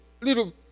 little